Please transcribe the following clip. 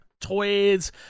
toys